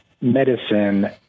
medicine